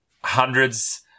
hundreds